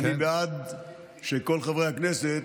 אני בעד שכל חברי הכנסת